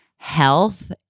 Health